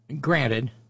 granted